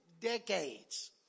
decades